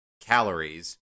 calories